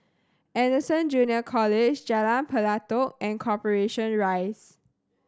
Anderson Junior College Jalan Pelatok and Corporation Rise